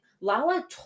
Lala